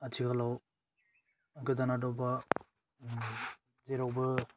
आथिखालाव गोदान आद'बा जेरावबो